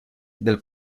del